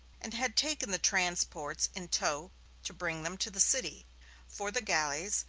and had taken the transports in tow to bring them to the city for the galleys,